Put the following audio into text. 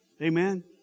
Amen